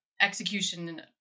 execution